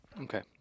Okay